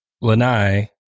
lanai